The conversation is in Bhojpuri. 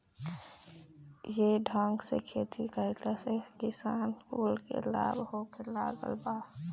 ये ढंग से खेती कइला से किसान कुल के लाभ होखे लागल बा